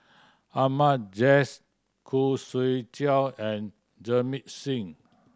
Ahmad Jais Khoo Swee Chiow and Jamit Singh